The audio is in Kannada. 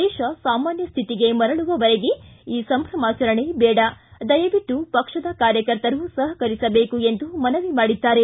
ದೇಶ ಸಾಮಾನ್ಯ ಸ್ಥಿತಿಗೆ ಮರಳುವವರೆಗೆ ಈ ಸಂಭಮಾಚರಣೆ ಬೇಡ ದಯವಿಟ್ಟು ಪಕ್ಷದ ಕಾರ್ಯಕರ್ತರು ಸಹಕರಿಸಬೇಕು ಎಂದು ಮನವಿ ಮಾಡಿದ್ದಾರೆ